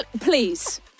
Please